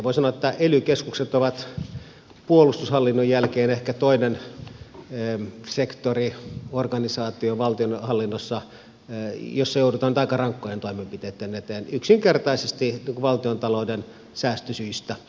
voi sanoa että ely keskukset ovat puolustushallinnon jälkeen ehkä toinen sektori organisaatio valtionhallinnossa jossa joudutaan nyt aika rankkojen toimenpiteitten eteen yksinkertaisesti valtiontalouden säästösyistä